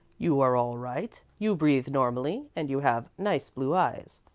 you are all right. you breathe normally, and you have nice blue eyes.